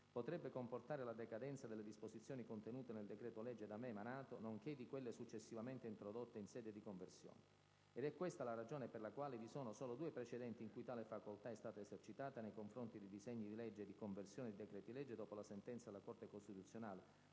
potrebbe comportare la decadenza delle disposizioni contenute nel decreto-legge da me emanato nonché di quelle successivamente introdotte in sede di conversione: ed è questa la ragione per la quale vi sono solo due precedenti in cui tale facoltà è stata esercitata nei confronti di disegni di legge di conversione di decreti-legge dopo la sentenza della Corte Costituzionale